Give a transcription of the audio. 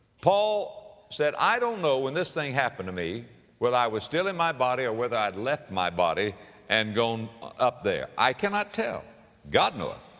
paul said, i don't know when this thing happened to me whether i was still in my body or whether i'd left my body and gone up there. i cannot tell god knoweth,